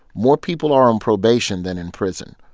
more people are on probation than in prison.